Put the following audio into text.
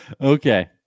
Okay